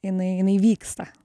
jinai jinai vyksta